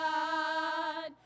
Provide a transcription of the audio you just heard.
God